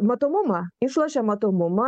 matomumą išlošė matomumą